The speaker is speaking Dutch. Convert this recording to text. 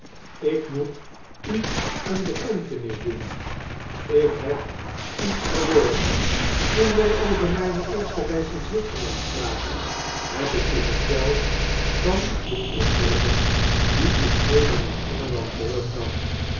ik moet u eene bekentenis doen ik heb iets verborgen toen wij over myne eerste reis inzwitserlandspraken heb ik u verteld van de indrukken die ik mede naar engeland